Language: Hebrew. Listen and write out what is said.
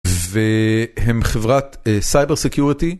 והם חברת סייבר סקיוריטי.